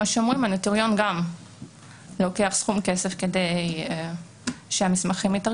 הנוטריון גם לוקח סכום כסף כדי לתרגם את המסמכים.